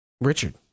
Richard